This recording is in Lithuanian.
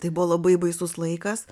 tai buvo labai baisus laikas